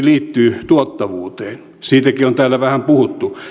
liittyy tuottavuuteen siitäkin on täällä vähän puhuttu